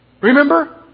remember